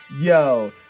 Yo